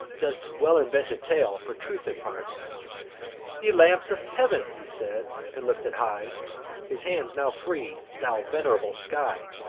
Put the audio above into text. this well-invented tale for truth imparts ye lamps of heav'n he said, and lifted high his hands now free, thou venerable sky!